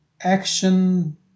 action